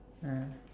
ah